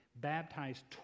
baptized